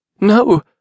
No